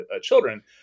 children